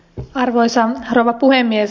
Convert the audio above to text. arvoisa rouva puhemies